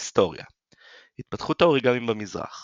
היסטוריה התפתחות האוריגמי במזרח